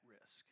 risk